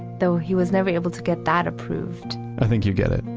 though he was never able to get that approved i think you get it.